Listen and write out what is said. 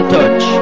Touch